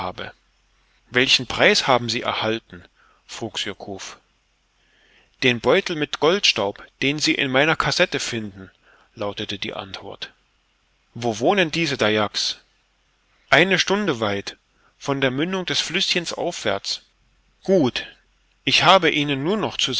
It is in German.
welchen preis haben sie erhalten frug surcouf den beutel mit goldstaub den sie in meiner kassette finden lautete die antwort wo wohnen diese dayaks eine stunde weit von der mündung des flüßchens aufwärts gut ich habe ihnen nur noch